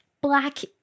black